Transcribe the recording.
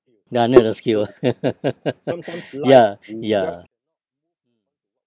ya learned the skill ya ya